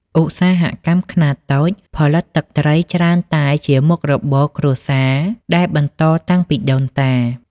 ឧស្សាហកម្មខ្នាតតូច ផលិតទឹកត្រីច្រើនតែជាមុខរបរគ្រួសារដែលបន្តតាំងពីដូនតា។